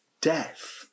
death